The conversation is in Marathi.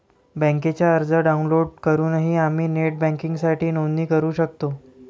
बँकेचा अर्ज डाउनलोड करूनही आम्ही नेट बँकिंगसाठी नोंदणी करू शकतो